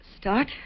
start